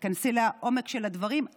תיכנסי לעומק של הדברים,